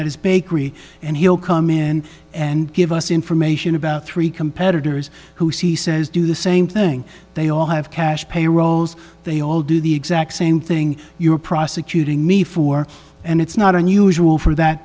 is bakery and he'll come in and give us information about three competitors who see says do the same thing they all have cash payrolls they all do the exact same thing you're prosecuting me for and it's not unusual for that